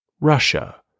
Russia